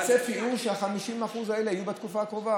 הצפי הוא שה-50% האלה יהיו בתקופה הקרובה.